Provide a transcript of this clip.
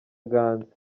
ganza